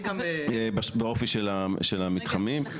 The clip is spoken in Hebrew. אני